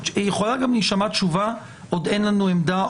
יכולה גם להישמע תשובה: עוד אין לנו עמדה,